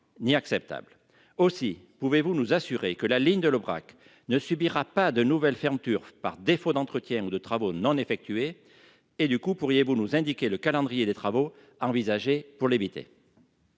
ni acceptable aussi. Pouvez-vous nous assurer que la ligne de l'Aubrac ne subira pas de nouvelle fermeture par défaut d'entretien ou de travaux non effectués. Et du coup, pourriez-vous nous indiquer le calendrier des travaux envisagés pour l'éviter.